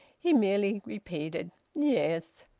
he merely repeated, yes.